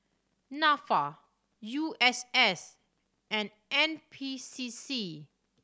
Nafa U S S and N P C C